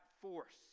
force